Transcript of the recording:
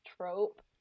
trope